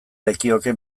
lekioke